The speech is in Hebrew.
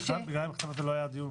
סליחה, בלי המכתב הזה לא היה דיון.